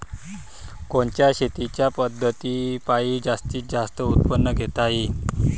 कोनच्या शेतीच्या पद्धतीपायी जास्तीत जास्त उत्पादन घेता येईल?